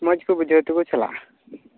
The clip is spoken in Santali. ᱢᱚᱡᱽ ᱠᱚ ᱵᱩᱡᱷᱟᱹᱣ ᱛᱮᱠᱚ ᱪᱟᱞᱟᱜᱼᱟ